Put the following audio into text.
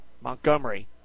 Montgomery